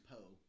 Poe